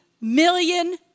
million